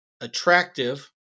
attractive